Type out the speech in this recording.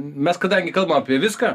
mes kadangi kalbam apie viską